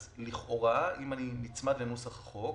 אז לכאורה אם אני נצמד לנוסח החוק